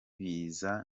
biza